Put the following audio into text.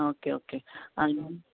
आं okay okay आनी